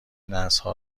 نسلها